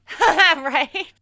Right